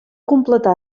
completar